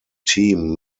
team